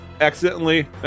accidentally